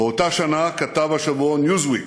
באותה שנה כתב השבועון "ניוזוויק":